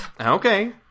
Okay